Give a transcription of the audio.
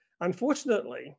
Unfortunately